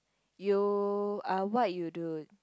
you are what you do